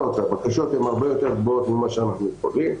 הבקשות הן הרבה יותר גדולות מכפי שאנחנו יכולים.